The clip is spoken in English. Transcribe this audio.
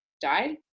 died